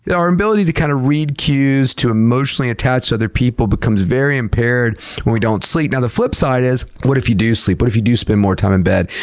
our ability to kind of read cues, to emotionally attach to other people, becomes very impaired when we don't sleep. now the flip side is, what if you do sleep? what if you do spend more time in bed?